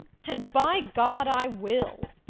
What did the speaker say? and by god, i will!